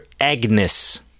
Agnes